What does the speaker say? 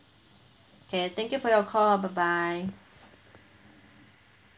K thank you for your call bye bye